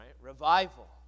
Revival